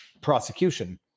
prosecution